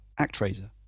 Actraiser